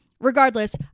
regardless